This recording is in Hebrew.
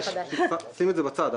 נשים את זה בצד.